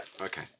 okay